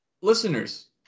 listeners